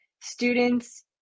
students